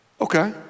Okay